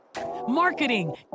marketing